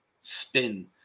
spin